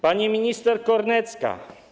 Pani minister Kornecka?